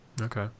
Okay